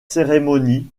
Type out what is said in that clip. cérémonies